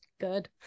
good